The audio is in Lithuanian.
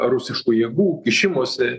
rusiškų jėgų kišimosi